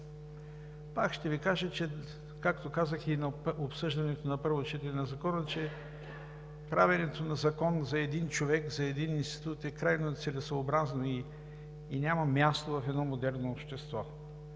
Пак ще Ви кажа, както казах и на обсъждането на първо четене на Закона, че правенето на закон за един човек, за един институт е крайно нецелесъобразно и няма място в едно модерно общество.